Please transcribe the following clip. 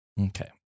Okay